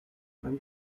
beim